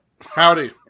Howdy